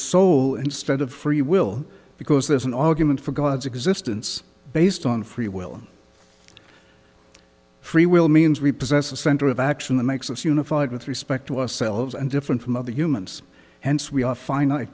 soul instead of free will because there's an argument for god's existence based on free will and free will means repossess a center of action that makes us unified with respect to ourselves and different from other humans